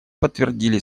подтвердили